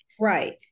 Right